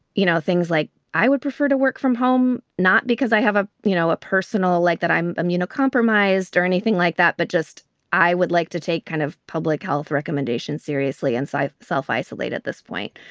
you know, things like i would prefer to work from home, not because i have a, you know, a personal life like that i'm immunocompromised or anything like that. but just i would like to take kind of public health recommendations seriously inside self isolate at this point.